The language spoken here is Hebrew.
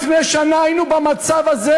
גם לפני שנה היינו במצב הזה,